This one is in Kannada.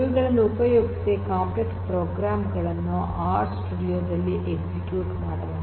ಇವುಗಳನ್ನು ಉಪಯೋಗಿಸಿ ಕಾಂಪ್ಲೆಕ್ಸ್ ಪ್ರೋಗ್ರಾಮ್ ಗಳನ್ನು ಆರ್ ಸ್ಟುಡಿಯೋ ದಲ್ಲಿ ಎಕ್ಸಿಕ್ಯೂಟ್ ಮಾಡಬಹುದು